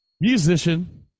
musician